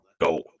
go